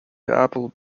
apple